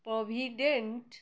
provident